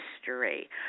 history